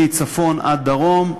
מצפון עד דרום,